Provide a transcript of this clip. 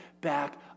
back